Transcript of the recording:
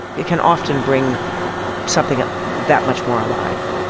it can often bring something ah that much more alive